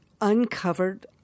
uncovered